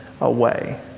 away